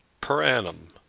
per annum.